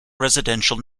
residential